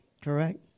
correct